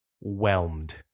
whelmed